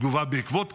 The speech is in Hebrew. תגובה בעקבות תקיפה.